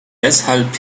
deshalb